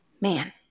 Man